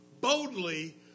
boldly